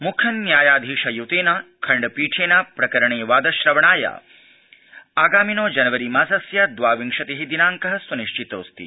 मुख्यन्यायाधीश युतेन खण्डपीठेन प्रकरणे पुन वादश्रवणाय आगामिनो जनवरी मासस्य द्वाविंशति दिनांक सुनिश्चितोऽस्ति